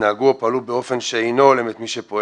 התנהגו או פעלו באופן שאינו הולם את מי שפועל